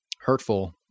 hurtful